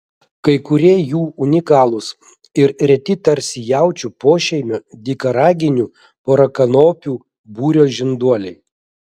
kai kurie jų unikalūs ir reti tarsi jaučių pošeimio dykaraginių porakanopių būrio žinduoliai